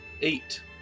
Eight